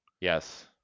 Yes